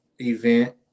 event